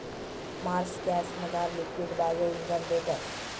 Marsh गॅसमझार liquid bio इंधन भेटस